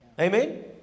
Amen